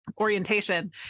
orientation